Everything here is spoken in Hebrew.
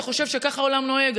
אתה חושב שכך העולם נוהג.